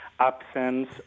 absence